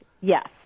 Yes